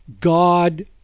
God